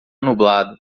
nublado